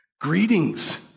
Greetings